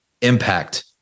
impact